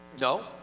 No